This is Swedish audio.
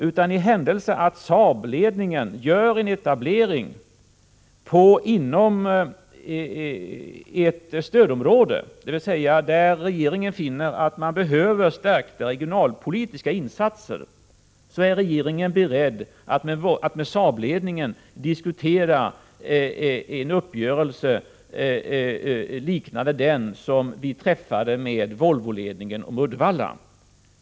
För den händelse att Saabledningen gör en etablering inom ett stödområde, dvs. där regeringen finner att man behöver stärkta regionalpolitiska insatser, är regeringen beredd att med Saabledningen diskutera en uppgörelse liknande den som vi träffade med Volvoledningen om Uddevalla.